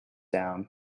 down